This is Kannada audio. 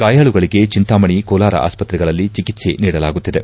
ಗಾಯಾಳುಗಳಿಗೆ ಚಿಂತಾಮಣಿ ಕೋಲಾರ ಆಸ್ಪತ್ರೆಗಳಲ್ಲಿ ಚಿಕಿತ್ಸೆ ನೀಡಲಾಗುತ್ತಿದೆ